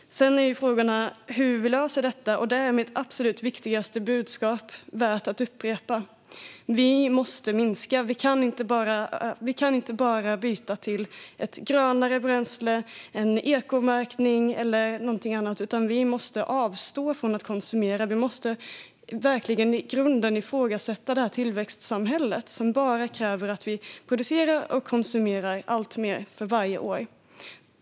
Sedan är frågan hur vi löser detta. Där är mitt absolut viktigaste budskap värt att upprepa: Vi måste minska utsläppen. Vi kan inte bara byta till ett grönare bränsle, en ekomärkning eller någonting annat, utan vi måste avstå från att konsumera. Vi måste verkligen i grunden ifrågasätta tillväxtsamhället, som bara kräver att vi producerar och konsumerar alltmer för varje år.